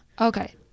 Okay